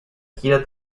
gira